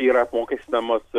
yra apmokestinamos